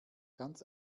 ganz